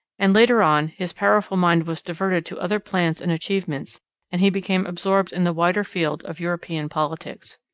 and later on his powerful mind was diverted to other plans and achievements and he became absorbed in the wider field of european politics.